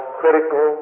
critical